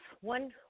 one